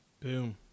Boom